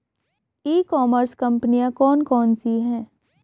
ई commerce कंपनियाँ कौन कौन सी हैं?